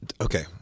Okay